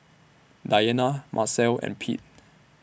Diana Marcel and Pete